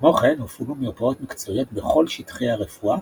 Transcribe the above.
כמו כן הופעלו מרפאות מקצועיות בכל שטחי הרפואה,